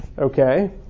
Okay